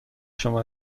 شما